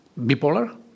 bipolar